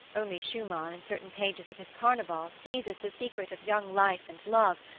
only schumann in certain pages of his carneval seizes the secret of young life and love,